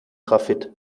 graphit